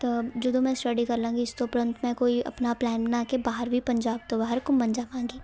ਤਾਂ ਜਦੋਂ ਮੈਂ ਸਟੱਡੀ ਕਰ ਲਵਾਂਗੀ ਇਸ ਤੋਂ ਉਪਰੰਤ ਮੈਂ ਕੋਈ ਆਪਣਾ ਪਲੈਨ ਬਣਾ ਕੇ ਬਾਹਰ ਵੀ ਪੰਜਾਬ ਤੋਂ ਬਾਹਰ ਘੁੰਮਣ ਜਾਵਾਂਗੀ